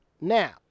now